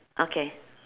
okay